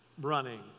running